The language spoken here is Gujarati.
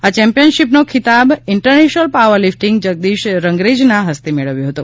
આ ચેમ્પિગયનશીપનોખિતાબ ઇન્ટરનેશનલ પાવર લીફટર જગદીશ રંગરેજના હસ્તે મેળવ્યો હતો